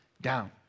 down